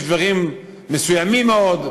יש דברים מסוימים מאוד,